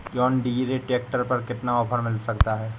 John Deere tractor पर कितना offer मिल सकता है?